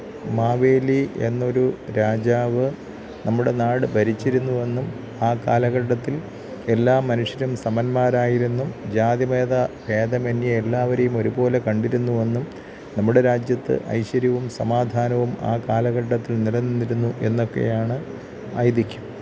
മാവേലി എന്നൊരു രാജാവ് നമ്മുടെ നാട് ഭരിച്ചിരുന്നുവെന്നും ആ കാലഘട്ടത്തില് എല്ലാ മനുഷ്യരും സമന്മാരായിരുന്നു ജാതിമത ഭേദമന്യേ എല്ലാവരെയും ഒരുപോലെ കണ്ടിരുന്നുവെന്നും നമ്മുടെ രാജ്യത്ത് ഐശ്വര്യവും സമാധാനവും ആ കാലഘട്ടത്തില് നിലനിന്നിരുന്നു എന്നൊക്കെയാണ് ഐതിഹ്യം